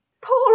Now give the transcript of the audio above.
Poor